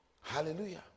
Hallelujah